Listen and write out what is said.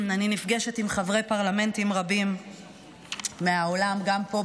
אני נפגשת עם חברי פרלמנטים רבים מהעולם גם פה,